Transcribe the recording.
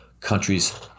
countries